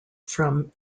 from